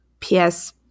PS